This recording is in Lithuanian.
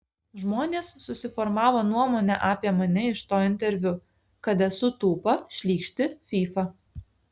žmonės susiformavo nuomonę apie mane iš to interviu kad esu tūpa šlykšti fyfa